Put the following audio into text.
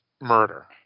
murder